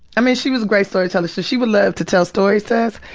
i mean she was a great storyteller, so she would love to tell stories to us,